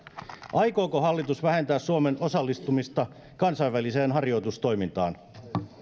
aikooko hallitus vähentää suomen osallistumista kansainväliseen harjoitustoimintaan